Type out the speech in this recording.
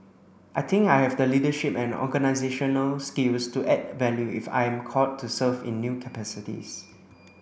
I think I have the leadership and organisational skills to add value if I'm called to serve in new capacities